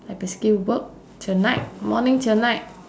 I basically work till night morning till night